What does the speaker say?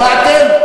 שמעתם.